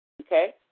okay